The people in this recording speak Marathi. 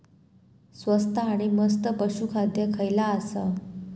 स्वस्त आणि मस्त पशू खाद्य खयला आसा?